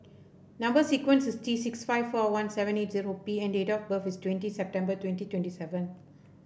number sequence is T six five four one seven eight zero P and date of birth is twenty September twenty twenty seven